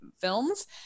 films